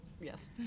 Yes